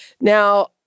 Now